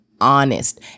honest